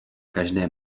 každé